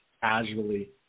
casually